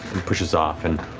and pushes off. and